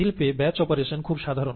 শিল্পে batch operation খুব সাধারন